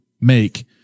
make